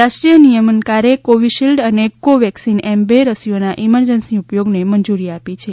રાષ્ટ્રીય નિયમનકારે કોવિશીલ્ડ અને કોવેક્સીન એમ બે રસીઓના ઇમરજન્સી ઉપયોગને મંજુરી આપી છે